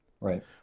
right